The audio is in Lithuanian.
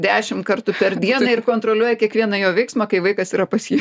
dešimt kartų per dieną ir kontroliuoja kiekvieną jo veiksmą kai vaikas yra pas jį